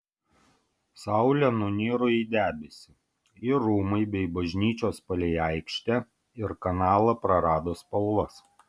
saulė nuniro į debesį ir rūmai bei bažnyčios palei aikštę ir kanalą prarado spalvas